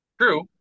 true